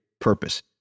purpose